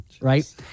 right